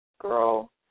girl